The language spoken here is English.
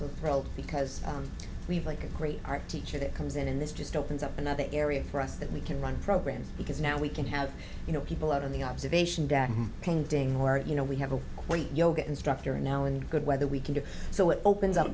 proud because we have like a great art teacher that comes in and that's just opens up another area for us that we can run programs because now we can have you know people out of the observation painting where you know we have a point yoga instructor and now in good weather we can do so it opens up